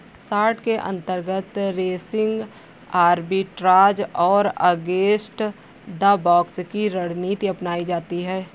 short के अंतर्गत racing arbitrage और अगेंस्ट द बॉक्स की रणनीति अपनाई जाती है